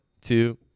two